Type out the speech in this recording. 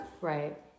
Right